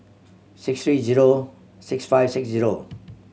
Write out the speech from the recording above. six three zero seven six five six zero